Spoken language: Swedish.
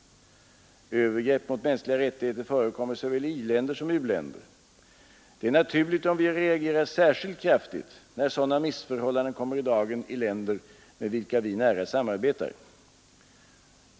Övergrepp mot mänskliga rättigheter förekommer såvä nder som i u-länder. Det är naturligt om vi reagerar särskilt kraftigt när sådana missförhållanden kommer i dagen i länder med vilka vi nära samarbetar.